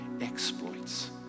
exploits